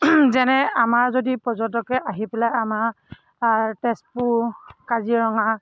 যেনে আমাৰ যদি পৰ্যটকে আহি পেলাই আমাৰ তেজপুৰ কাজিৰঙা